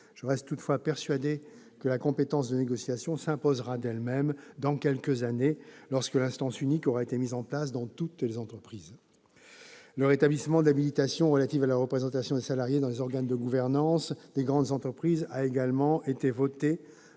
Je reste toutefois persuadé que la compétence de négociation s'imposera d'elle-même dans quelques années, lorsque l'instance unique aura été mise en place dans toutes les entreprises. Le rétablissement de l'habilitation relative à la représentation des salariés dans les organes de gouvernance des grandes entreprises a également été voté.